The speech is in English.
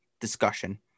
discussion